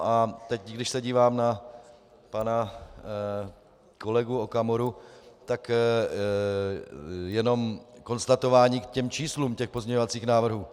A teď, když se dívám na pana kolegu Okamuru , jenom konstatování k číslům pozměňovacích návrhů.